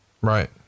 Right